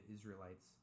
Israelites